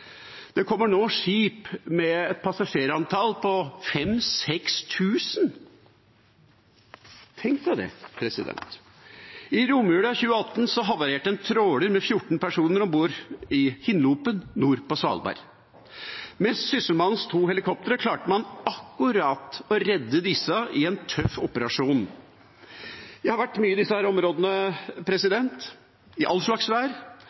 Det kommer nå skip med passasjerantall på 5 000–6 000. Tenk på det. I romjula 2018 havarerte en tråler med 14 personer om bord i Hinlopen nord på Svalbard. Med Sysselmannens to helikoptre klarte man akkurat å redde disse i en tøff operasjon. Jeg har vært mye i disse områdene, i all slags vær,